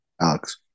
Alex